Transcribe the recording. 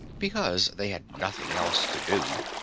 because they had nothing else to do,